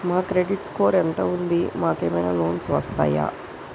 మా credit score ఎంత ఉంది? మాకు ఏమైనా లోన్స్ వస్తయా?